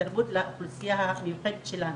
התרבות לאוכלוסייה המיוחדת שלנו,